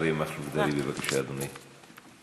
אריה מכלוף דרעי, בבקשה, אדוני.